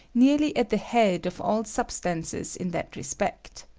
near ly at the head of all substances in that respect.